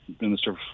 Minister